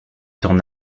t’en